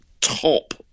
top